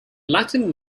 latin